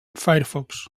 firefox